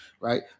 right